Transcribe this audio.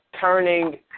turning